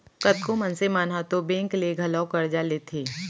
कतको मनसे मन ह तो बेंक ले घलौ करजा लेथें